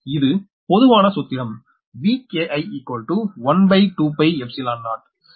இது பொதுவான சூத்திரம்Vki120